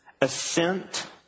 assent